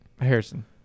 Harrison